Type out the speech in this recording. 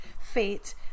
fate